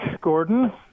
Gordon